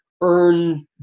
earn